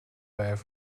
байв